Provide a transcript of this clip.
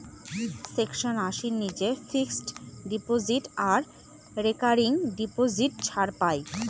section আশির নীচে fixed deposit আর রেকারিং ডিপোজিট ছাড় পাই